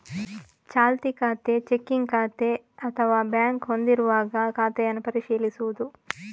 ಚಾಲ್ತಿ ಖಾತೆ, ಚೆಕ್ಕಿಂಗ್ ಖಾತೆ ಅಥವಾ ಬ್ಯಾಂಕ್ ಹೊಂದಿರುವಾಗ ಖಾತೆಯನ್ನು ಪರಿಶೀಲಿಸುವುದು